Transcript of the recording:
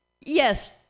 yes